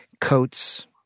coats